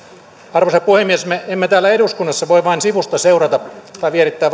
arvoisa puhemies me emme täällä eduskunnassa voi vain sivusta seurata tai vierittää